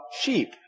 sheep